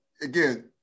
again